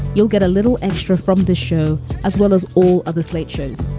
you'll get a little extra from the show as well as all of the slate shows.